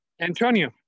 Antonio